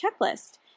checklist